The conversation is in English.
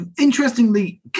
interestingly